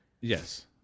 Yes